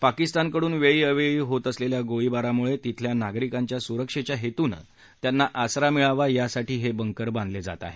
पाकिस्तानाकडून वेळीअवेळी होत असलेल्या गोळीबारामुळे तिथल्या नागरिकांच्या सुरक्षेच्या हेतुन त्याना आसरा मिळावा यासाठी हे बकर बकर बांधले जात आहेत